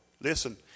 listen